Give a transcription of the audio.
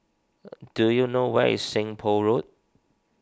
do you know where is Seng Poh Road